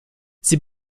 sie